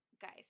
guys